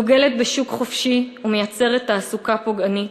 דוגלת בשוק חופשי ומייצרת תעסוקה פוגענית,